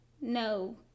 No